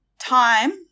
time